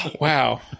Wow